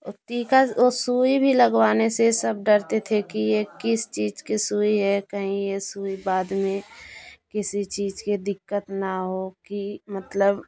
टीका और सुई भी लगवाने से सब डरते थे कि ये किस चीज़ की सुई है कहीं ये सूई बाद में किसी चीज़ की दिक़्क़त ना हो कि मतलब